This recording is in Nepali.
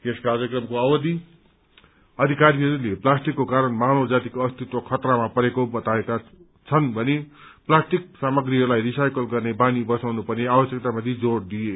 यस कार्यक्रमको अवधि अधिकारीहरूले प्लास्टिकको कारण मानव जातिको अस्तित्व खतरामा परेको बताउनुका साथै प्लास्टिक सामग्रीहरूलाई रिसाइकल गर्ने बानी बसाउनु पर्ने आवश्यकतामाथि जोड़ दिए